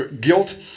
Guilt